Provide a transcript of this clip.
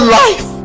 life